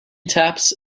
taps